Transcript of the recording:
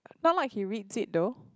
not like he reads it though